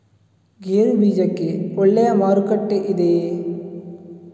ಗೇರು ಬೀಜಕ್ಕೆ ಒಳ್ಳೆಯ ಮಾರುಕಟ್ಟೆ ಇದೆಯೇ?